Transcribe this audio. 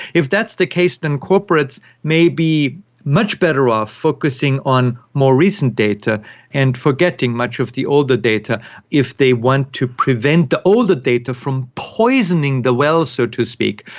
if that's the case, then corporates may be much better off focusing on more recent data and forgetting much of the older data if they want to prevent the older data from poisoning the well, so to speak,